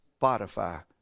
Spotify